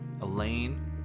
Elaine